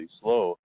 slow